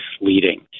misleading